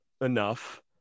enough